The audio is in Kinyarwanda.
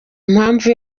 mpamvu